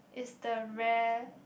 is the rare